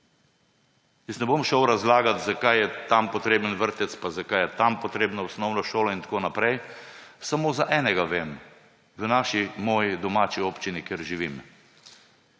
Jaz ne bom šel razlagat, zakaj je tam potreben vrtec, pa zakaj je tam potrebna osnovna šola in tako naprej. Samo za enega vem, v moji domači občini, kjer živim.